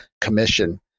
Commission